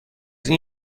این